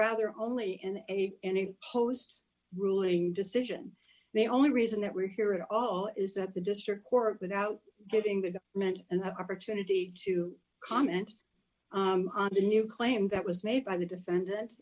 rather only in a in a post ruling decision they only reason that we're here at all is that the district court without getting the men and have opportunity to comment on the new claim that was made by the defendant